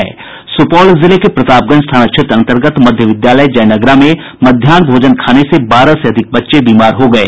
सुपौल जिले के प्रतापगंज थाना क्षेत्र अंतर्गत मध्य विद्यालय जयनगरा में मध्याहन भोजन खाने से बारह से अधिक बच्चे बीमार हो गये